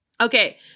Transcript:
Okay